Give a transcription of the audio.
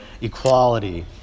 equality